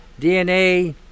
DNA